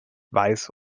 weiß